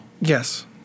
Yes